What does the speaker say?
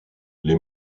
les